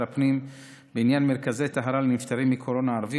הפנים בעניין מרכזי טהרה לנפטרים מקורונה ערבים,